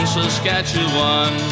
Saskatchewan